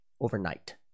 overnight